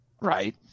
Right